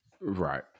Right